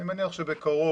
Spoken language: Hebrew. אני מניח שבקרוב,